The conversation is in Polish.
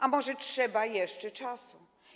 A może trzeba jeszcze czasu?